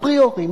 אפריורי,